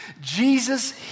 Jesus